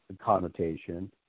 connotation